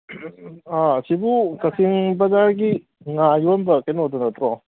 ꯁꯤꯕꯨ ꯀꯥꯛꯆꯤꯡ ꯕꯖꯥꯔꯒꯤ ꯉꯥ ꯌꯣꯟꯕ ꯀꯩꯅꯣꯗꯣ ꯅꯠꯇ꯭ꯔꯣ